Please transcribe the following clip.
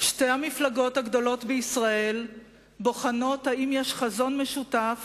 שתי המפלגות הגדולות בישראל בוחנות אם יש חזון משותף